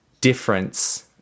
difference